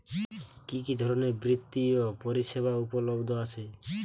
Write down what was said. কি কি ধরনের বৃত্তিয় পরিসেবা উপলব্ধ আছে?